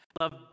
Love